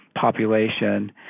population